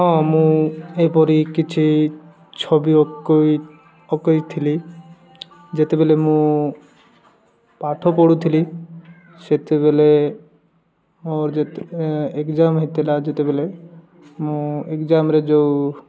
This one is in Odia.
ହଁ ମୁଁ ଏହିପରି କିଛି ଛବି ଅକୋଇ ଅକୋଇ ଥିଲି ଯେତେବେଲେ ମୁଁ ପାଠ ପଢ଼ୁଥିଲି ସେତେବେଲେ ମୋର ଯେ ଏକ୍ଜାମ୍ ହେଇଥିଲା ଯେତେବେଲେ ମୁଁ ଏକ୍ଜାମରେ ଯେଉଁ